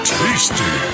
tasty